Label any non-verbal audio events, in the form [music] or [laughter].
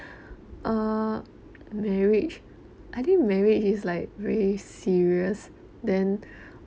[breath] uh marriage I think marriage is like very serious then